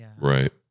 right